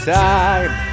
time